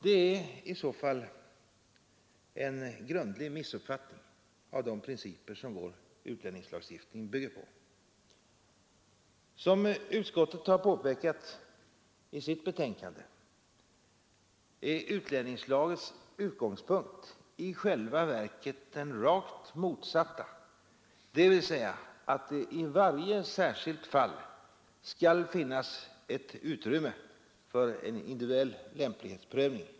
Det är i så fall en grundlig missuppfattning av de principer som vår utlänningslagstiftning bygger på. Som utskottet har påpekat i sitt betänkande, är utlänningslagens utgångspunkt i själva verket den rakt motsatta, dvs. att det i varje särskilt fall skall finnas ett utrymme för en individuell lämplighetsprövning.